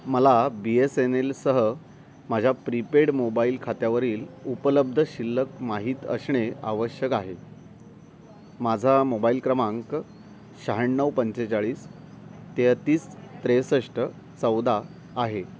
मला B S N एलसह माझ्या प्रीपेड मोबाईल खात्यावरील उपलब्ध शिल्लक माहीत असणे आवश्यक आहे माझा मोबाईल क्रमांक शहाण्णव पंचेचाळीस तेहतीस त्रेसष्ट चौदा आहे